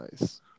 Nice